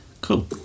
Cool